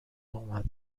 اومد